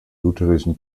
lutherischen